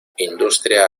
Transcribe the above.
industria